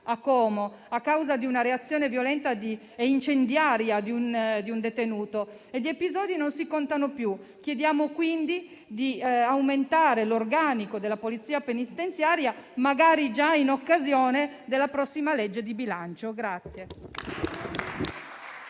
a Como, a causa della reazione violenta e incendiaria di un detenuto; gli episodi non si contano più. Chiediamo quindi di aumentare l'organico della Polizia penitenziaria, magari già in occasione della prossima legge di bilancio.